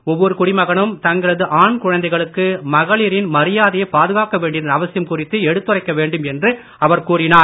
ஒவ்வொரு குடிமகனும் தங்களது ஆண் குழந்தைகளுக்கு மகளிரின் மரியாதையை பாதுகாக்க வேண்டியதன் அவசியம் குறித்து எடுத்துரைக்க வேண்டும் என்று அவர் கூறினார்